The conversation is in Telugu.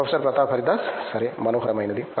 ప్రొఫెసర్ ప్రతాప్ హరిదాస్ సరే మనోహరమైనది